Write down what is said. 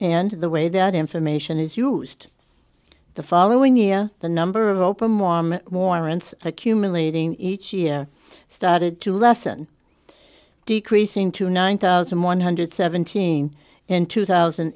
and the way that information is used the following year the number of open warm warrants accumulating each year started to lessen decreasing to nine thousand one hundred and seventeen in two thousand